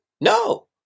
No